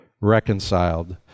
Reconciled